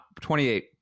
28